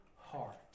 heart